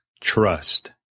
trust